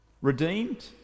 Redeemed